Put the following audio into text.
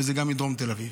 וזה גם מדרום תל אביב,